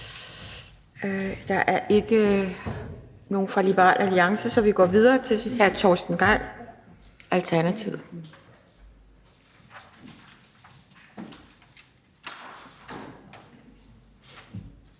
Der er ikke nogen fra Liberal Alliance, så vi går videre til hr. Torsten Gejl, Alternativet.